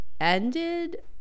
ended